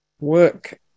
work